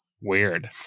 Weird